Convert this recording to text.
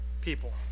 people